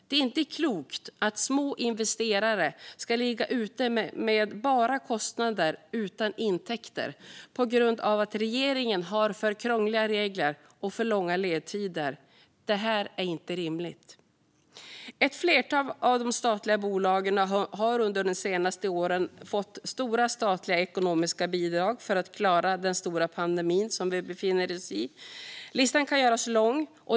Det är inte klokt att små investerare ska ligga ute med kostnader utan intäkter på grund av att regeringen har för krångliga regler och för långa ledtider. Det är inte rimligt. Ett flertal av de statliga bolagen har under de senaste åren fått stora statliga ekonomiska bidrag för att klara den pandemi vi befinner oss i. Listan kan göras lång.